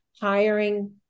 hiring